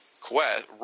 Quest